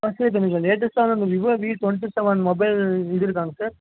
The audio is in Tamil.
ஆ சார் இப்போ நீங்கள் லேட்டஸ்ட்டான அந்த விவோ வி டுவெண்ட்டி மொபைல் இது இருக்காங்க சார்